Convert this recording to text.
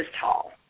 tall